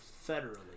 federally